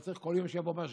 לא צריך שכל יום יבוא משגיח,